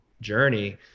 journey